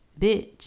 bitch